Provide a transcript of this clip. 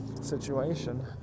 situation